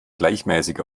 gleichmäßig